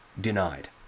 denied